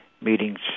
meetings